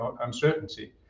uncertainty